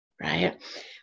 right